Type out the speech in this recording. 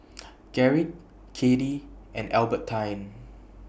Garrick Kattie and Albertine